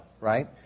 right